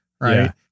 Right